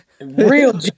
Real